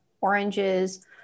oranges